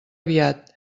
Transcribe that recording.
aviat